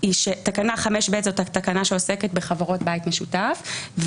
תקנה 5ב זו התקנה שעוסקת בחברות בית משותף.